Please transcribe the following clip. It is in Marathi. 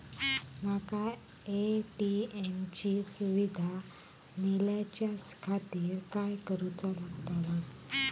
माका ए.टी.एम ची सुविधा मेलाच्याखातिर काय करूचा लागतला?